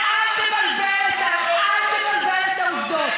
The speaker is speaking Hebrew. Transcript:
ואל תבלבל את העובדות.